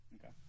Okay